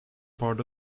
part